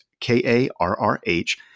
K-A-R-R-H